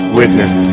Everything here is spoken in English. witness